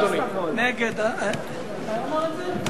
מתי הוא אמר את זה?